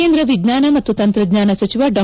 ಕೇಂದ್ರ ವಿಜ್ಞಾನ ಮತ್ತು ತಂತ್ರಜ್ಞಾನ ಸಚಿವ ಡಾ